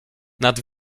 nad